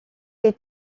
les